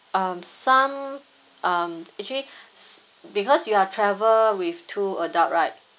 um some um actually s~ because you are travel with two adult right